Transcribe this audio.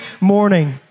morning